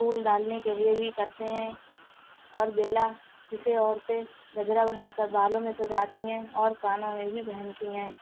پھول ڈالنے کے لیے بھی کرتے ہیں اور بیلا جسے عورتیں گجرا بنا کر بالوں میں سجاتی ہیں اور کانوں میں بھی پہنتی ہیں